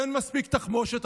אין מספיק תחמושת,